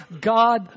God